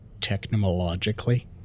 Technologically